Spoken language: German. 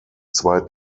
zwei